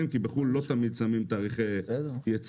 כי בחו"ל לא תמיד שמים תאריכי ייצור.